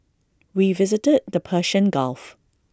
we visited the Persian gulf